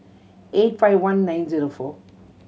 eight five one nine zero four